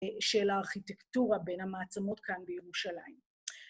של הארכיטקטורה בין המעצמות כאן בירושלים.